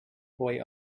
boy